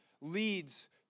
leads